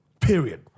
Period